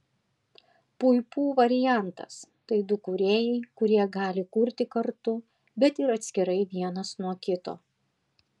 puipų variantas tai du kūrėjai kurie gali kurti kartu bet ir atskirai vienas nuo kito